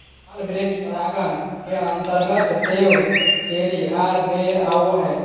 फल वृक्ष परागण के अंतर्गत सेब, चेरी आर बेर आवो हय